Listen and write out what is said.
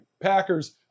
Packers